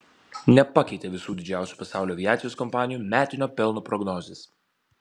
nepakeitė visų didžiausių pasaulio aviacijos kompanijų metinio pelno prognozės